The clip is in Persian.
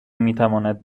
میتواند